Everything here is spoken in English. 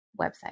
website